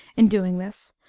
in doing this,